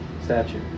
statue